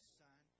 son